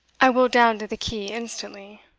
i will down to the quay instantly.